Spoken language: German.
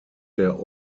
der